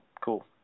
cool